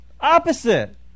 opposite